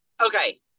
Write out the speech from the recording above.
Okay